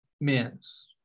Men's